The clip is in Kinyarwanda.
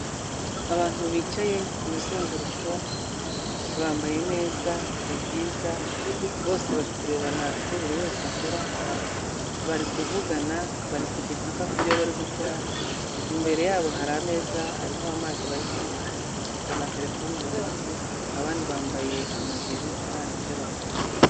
Abantu bicaye ku muzenguruko, bambaye neza ni byiza, bose bari kurebana ibyo buri wese akora, bari kuvugana, bari kujya impaka kubyo bari gukora, imbere yabo hari ameza ariho amazi bari kunywa, bafite amaterefone mu ntoki, abandi bambaye amajire aranga ibyo bakora.